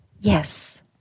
yes